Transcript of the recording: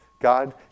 God